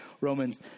Romans